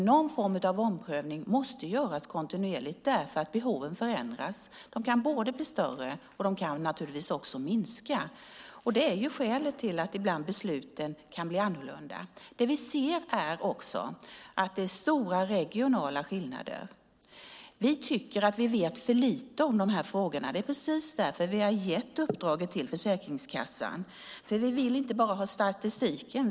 Någon form av omprövning måste göras kontinuerligt därför att behoven förändras; de kan både bli större och minska. Det är skälet till att besluten ibland blir annorlunda. Vi ser att det är stora regionala skillnader. Vi tycker att vi vet för lite om de här frågorna. Det är precis därför vi har gett uppdraget till Försäkringskassan, vi vill inte bara ha statistiken.